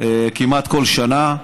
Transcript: כמעט כל שנה.